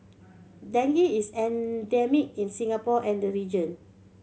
dengue is endemic in Singapore and the region